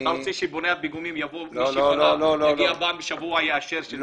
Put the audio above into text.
אתה רוצה שבונה הפיגומים יגיע פעם בשבוע ויאשר שזה בסדר,